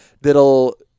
that'll